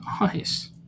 Nice